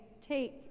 take